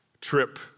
trip